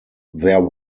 there